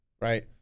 right